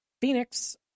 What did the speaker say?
Phoenix